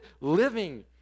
living